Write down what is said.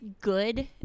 good